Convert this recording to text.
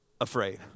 afraid